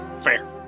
Fair